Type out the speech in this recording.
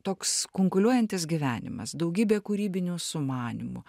toks kunkuliuojantis gyvenimas daugybė kūrybinių sumanymų